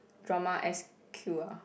drama S_Q ah